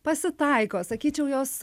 pasitaiko sakyčiau jos